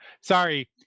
sorry